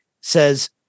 says